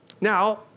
Now